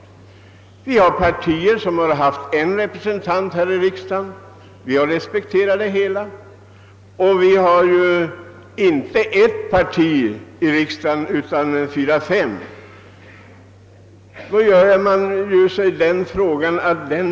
Vi har haft partier som har haft en representant här i riksdagen, och vi har respekterat det. Och det är som bekant inte bara ett parti som är representerat i riksdagen utan fyra—fem.